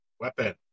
Weapon